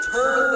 Turn